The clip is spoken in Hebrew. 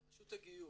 רשות הגיור.